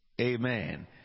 Amen